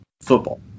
football